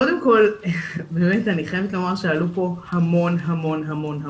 קודם כול אני חייבת לומר שעלו פה המון נושאים.